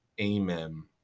amen